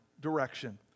direction